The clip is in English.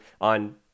on